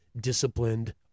disciplined